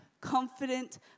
confident